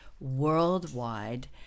worldwide